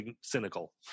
cynical